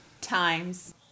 Times